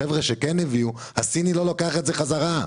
אבל מהחבר'ה שכן הביאו הסיני לא לוקח חזרה.